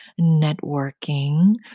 networking